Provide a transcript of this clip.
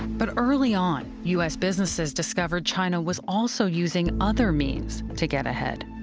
but early on, u s. businesses discovered china was also using other means to get ahead.